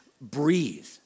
breathe